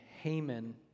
Haman